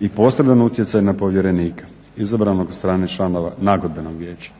i posredan utjecaj na povjerenike izabranog od strane članova Nagodbenog vijeća.